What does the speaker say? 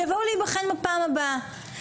שיבואו להיבחן בפעם הבאה.